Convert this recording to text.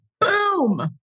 Boom